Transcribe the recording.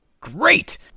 great